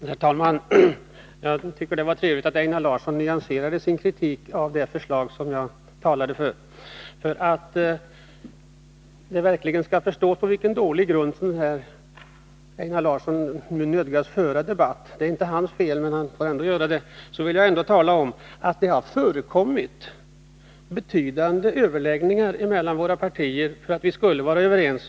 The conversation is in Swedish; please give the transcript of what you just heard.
Herr talman! Det var trevligt att Einar Larsson nyanserade sin kritik av det förslag som jag talade för. För att man verkligen skall förstå på vilken dålig grund Einar Larsson nu nödgas föra debatten — det är inte hans fel, men han får ändå göra det — vill jag tala om att det har förekommit betydande överläggningar mellan våra partier för att vi skulle vara överens.